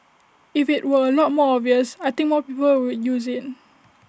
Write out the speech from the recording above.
if IT were A lot more obvious I think more people would use IT